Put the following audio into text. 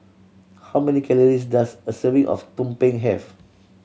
how many calories does a serving of tumpeng have